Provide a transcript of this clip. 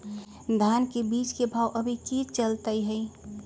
धान के बीज के भाव अभी की चलतई हई?